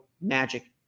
Magic